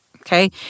Okay